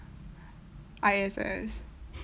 I_S S